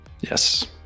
yes